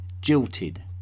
jilted